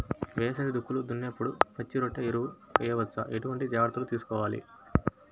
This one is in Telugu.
వేసవి దుక్కులు దున్నేప్పుడు పచ్చిరొట్ట ఎరువు వేయవచ్చా? ఎటువంటి జాగ్రత్తలు తీసుకోవాలి?